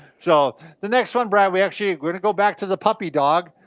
so, the next one, brad, we're actually, ah we're gonna go back to the puppy dog.